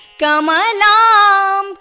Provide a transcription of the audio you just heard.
Kamalam